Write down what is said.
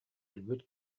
өлбүт